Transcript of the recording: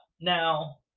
now